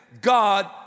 God